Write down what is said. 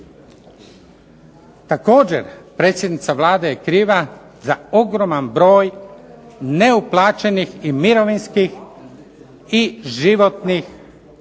Također, predsjednica Vlade je kriva za ogroman broj neuplaćenih i mirovinskih i zdravstvenih